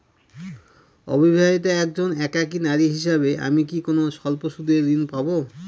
অবিবাহিতা একজন একাকী নারী হিসেবে আমি কি কোনো স্বল্প সুদের ঋণ পাব?